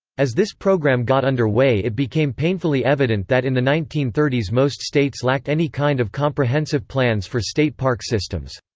as this program got under way it became painfully evident that in the nineteen thirty s most states lacked any kind of comprehensive plans for state park systems.